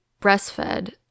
breastfed